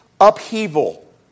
upheaval